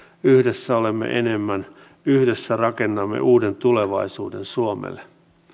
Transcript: yhdessä olemme enemmän yhdessä rakennamme uuden tulevaisuuden suomelle